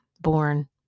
born